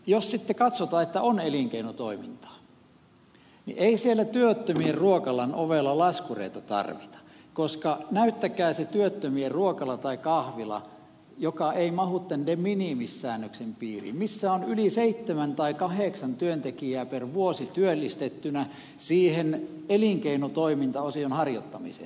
jos sitten katsotaan että on elinkeinotoimintaa niin ei siellä työttömien ruokalan ovella laskureita tarvita koska näyttäkää se työttömien ruokala tai kahvila joka ei mahdu tämän de minimis säännöksen piiriin sellainen missä on yli seitsemän tai kahdeksan työntekijää per vuosi työllistettynä siihen elinkeinotoimintaosion harjoittamiseen